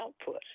output